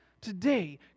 today